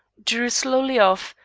drew slowly off,